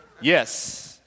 Yes